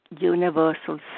universal